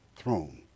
throne